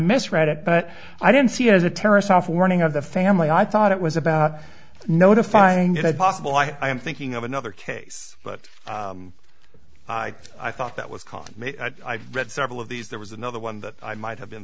misread it but i didn't see it as a terrorist off warning of the family i thought it was about notifying it possible i am thinking of another case but i thought that was called i've read several of these there was another one that i might have been